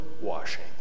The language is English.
washing